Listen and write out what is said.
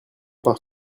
pars